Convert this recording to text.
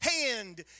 hand